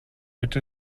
which